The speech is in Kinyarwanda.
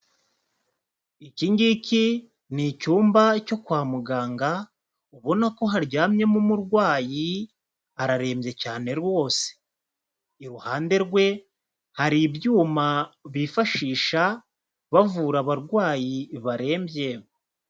Iki ngiki ni icyumba cyo kwa muganga, ubona ko haryamyemo umurwayi, ararembye cyane rwose, iruhande rwe hari ibyuma bifashisha bavura abarwayi barembye.